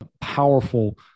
powerful